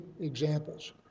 examples